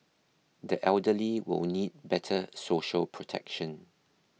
the elderly will need better social protection